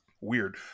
weird